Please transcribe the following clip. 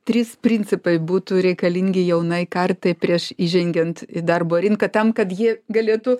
trys principai būtų reikalingi jaunai kartai prieš įžengiant į darbo rinką tam kad jie galėtų